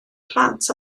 plant